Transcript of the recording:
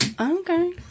Okay